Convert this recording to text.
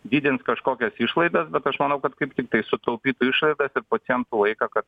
didins kažkokias išlaidas bet aš manau kad kaip tiktai sutaupytų išlaidas ir pacientų laiką kad